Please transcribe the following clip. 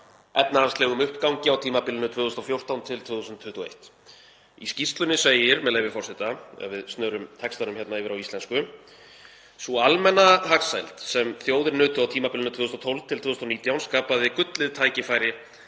efnahagslegum uppgangi á tímabilinu 2014–2021. Í skýrslunni segir, með leyfi forseta, ef við snörum textanum yfir á íslensku, að sú almenna hagsæld sem þjóðir nutu á tímabilinu 2012–2019 hafi skapað gullið tækifæri